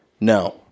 No